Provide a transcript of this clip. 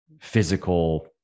physical